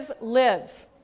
lives